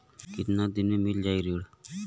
कितना दिन में मील जाई ऋण?